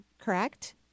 correct